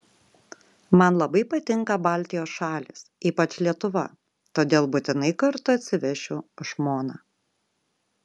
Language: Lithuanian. man labai patinka baltijos šalys ypač lietuva todėl būtinai kartu atsivešiu žmoną